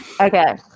Okay